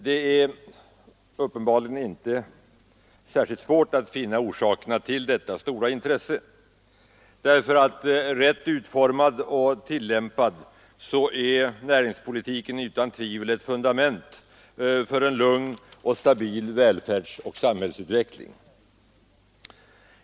Det är inte särskilt svårt att finna orsakerna till detta, därför att rätt utformad och tillämpad är näringspolitiken utan tvivel fundamentet för en lugn och stabil välfärdsoch samhällsutveckling.